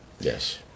Yes